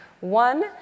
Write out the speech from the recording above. One